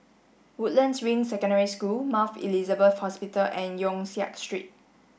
Woodlands Ring Secondary School Mount Elizabeth Hospital and Yong Siak Street